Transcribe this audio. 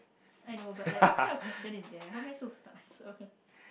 I know but like what kind of question is there how am I supposed to answer